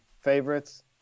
favorites